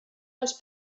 els